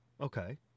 Okay